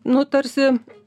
nu tarsi